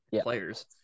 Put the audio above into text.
players